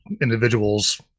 individuals